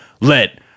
let